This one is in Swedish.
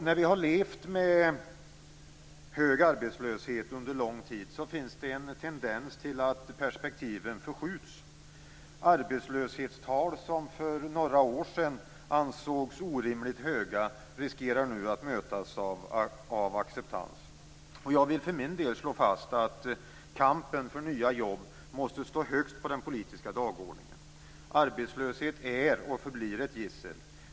När vi nu har levt med hög arbetslöshet under lång tid finns en tendens till att perspektiven förskjuts. Arbetslöshetstal som för några år sedan ansågs orimligt höga riskerar att mötas av acceptans. Jag vill för min del slå fast att kampen för nya jobb måste stå högst på den politiska dagordningen. Arbetslöshet är och förblir ett gissel.